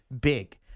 big